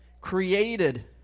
created